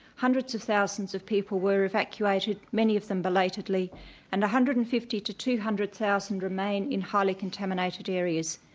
hundreds of thousands of people were evacuated many of them belatedly and one hundred and fifty to two hundred thousand remain in highly contaminated areas.